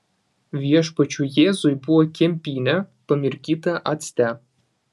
viešpačiui jėzui buvo kempinė pamirkyta acte